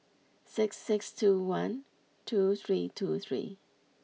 six six two one two three two three